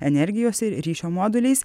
energijos ir ryšio moduliais